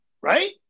right